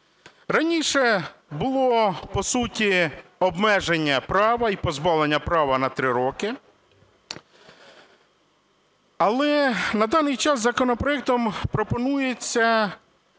Раніше було по суті обмеження права і позбавлення права на три роки, але на даний час законопроектом пропонується,